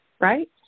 right